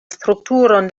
strukturon